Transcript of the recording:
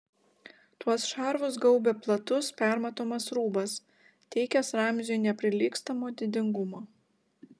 tuos šarvus gaubė platus permatomas rūbas teikęs ramziui neprilygstamo didingumo